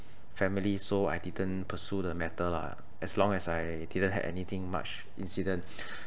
family so I didn't pursue the matter lah as long as I didn't had anything much incident